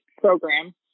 program